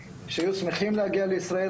כלומר בסופו של דבר צריך להבין שאם